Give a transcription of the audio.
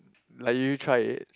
like you try it